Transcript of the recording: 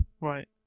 Right